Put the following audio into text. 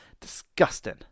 disgusting